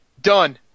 Done